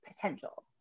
potential